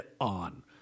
on